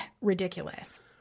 ridiculous